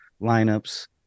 lineups